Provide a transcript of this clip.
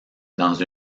dans